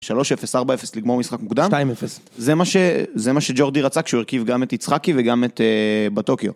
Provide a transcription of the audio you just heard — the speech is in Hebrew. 3:0, 4:0 לגמור משחק מוקדם, 2:0, זה מה שג'ורדי רצה כשהוא הרכיב גם את יצחקי וגם את בטוקיו.